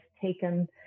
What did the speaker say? taken